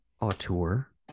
auteur